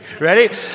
Ready